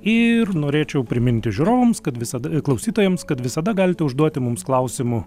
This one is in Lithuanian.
ir norėčiau priminti žiūrovams kad visada klausytojams kad visada galite užduoti mums klausimų